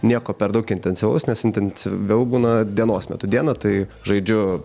nieko per daug intensyvus nes intensyviau būna dienos metu dieną tai žaidžiu